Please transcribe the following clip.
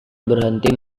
berhenti